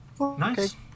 nice